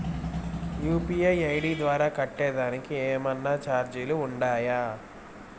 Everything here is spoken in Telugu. యు.పి.ఐ ఐ.డి ద్వారా కట్టేదానికి ఏమన్నా చార్జీలు ఉండాయా?